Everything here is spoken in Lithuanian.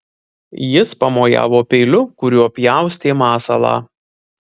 jis pamojavo peiliu kuriuo pjaustė masalą